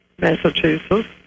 Massachusetts